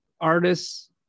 artists